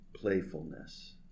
playfulness